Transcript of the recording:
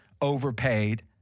overpaid